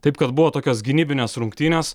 taip kad buvo tokios gynybinės rungtynės